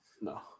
no